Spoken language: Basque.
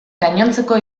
gainontzeko